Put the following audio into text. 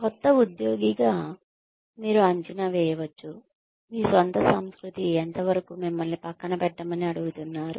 క్రొత్త ఉద్యోగిగా మీరు అంచనా వేయవచ్చు మీ స్వంత సంస్కృతి ఎంతవరకు మిమ్మల్ని పక్కన పెట్టమని అడుగుతున్నారు